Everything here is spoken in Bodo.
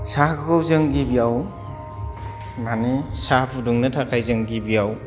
साहाखौ जों गिबियाव माने साहा फुदुंनो थाखाय जों गिबियाव